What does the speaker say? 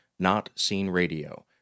notseenradio